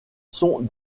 sont